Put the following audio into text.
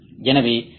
எனவே சி